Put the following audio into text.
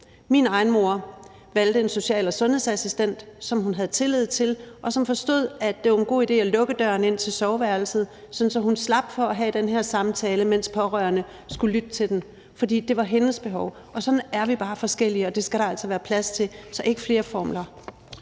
Min egen mor valgte en social- og sundhedsassistent, som hun havde tillid til, og som forstod, at det var en god idé at lukke døren ind til soveværelset, sådan at hun slap for at have den her samtale, mens pårørende skulle lytte til den, for det var hendes behov. Sådan er vi bare forskellige, og det skal der altså være plads til. Så ikke flere formler.